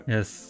Yes